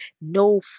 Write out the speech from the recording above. no